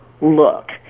look